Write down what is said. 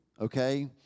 okay